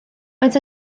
maent